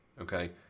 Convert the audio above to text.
okay